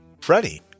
Freddie